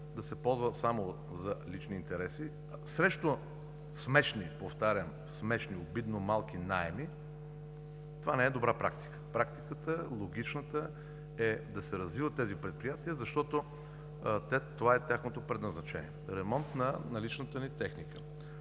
да се ползва само за лични интереси, срещу смешни, повтарям, смешни, обидно малки наеми, това не е добра практика. Логичната практика е да се развиват тези предприятия, защото това е тяхното предназначение – ремонт на наличната ни техника.